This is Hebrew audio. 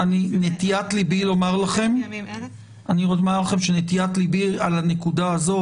נטיית לבי לומר לכם על הנקודה הזו,